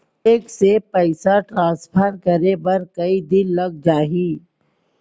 Bank से पइसा transfer करे बर कई दिन लग जाही?